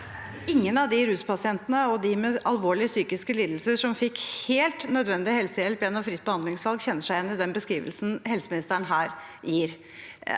gen av de ruspasientene og de med alvorlige psykiske lidelser som fikk helt nødvendig helsehjelp gjennom fritt behandlingsvalg, kjenner seg igjen i den beskrivelsen helseministeren her